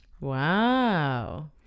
Wow